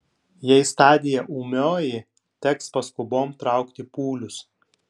jei stadija ūmioji teks paskubom traukti pūlius